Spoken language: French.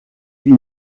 huit